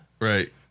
right